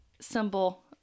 symbol